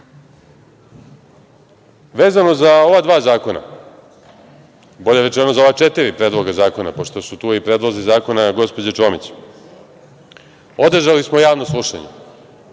za ova dva zakona, bolje rečeno za ova četiri predloga zakona, pošto su tu i predlozi zakona gospođe Čomić, održali smo javno slušanje.